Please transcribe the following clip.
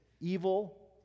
evil